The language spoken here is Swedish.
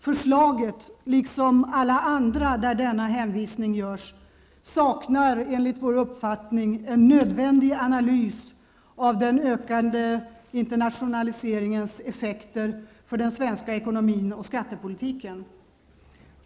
Förslaget, liksom alla andra där denna hänvisning görs, saknar enligt vår uppfattning en nödvändig analys av den ökande internationaliseringens effekter för den svenska ekonomin och skattepolitiken.